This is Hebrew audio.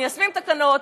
מיישמים תקנות,